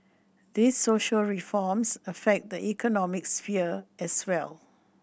these social reforms affect the economic sphere as well